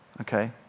okay